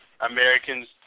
Americans